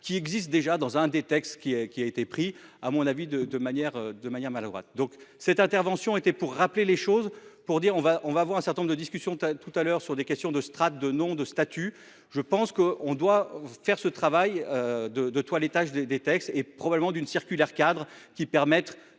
qui existe déjà dans un des textes qui est, qui a été pris à mon avis de, de manière, de manière maladroite. Donc, cette intervention était pour rappeler les choses pour dire on va on va voir un certain nombre de discussions tout à l'heure sur des questions de strates de noms de statut. Je pense que on doit faire ce travail de de toilettage des textes et probablement d'une circulaire cadre qui permettre